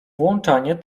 włączanie